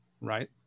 right